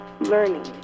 learning